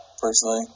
personally